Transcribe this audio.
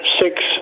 six